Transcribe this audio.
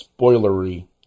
spoilery